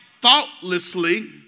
thoughtlessly